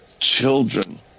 children